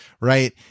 right